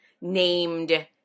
named